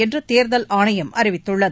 என்று தேர்தல் ஆணையம் அறிவித்துள்ளது